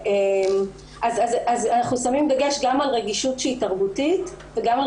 אנחנו שמים דגש גם על רגישות שהיא תרבותית וגם על